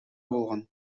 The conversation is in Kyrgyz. болгон